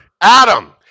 Adam